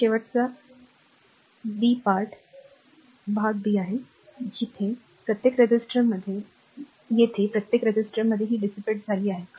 आता शेवटचा b भाग r भाग b आहे येथे प्रत्येक रेझिस्टरमध्ये ही dissipate झाली आहे